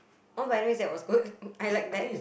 oh by the way that was good I like that